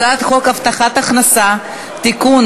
הצעת חוק הבטחת הכנסה (תיקון,